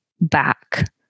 back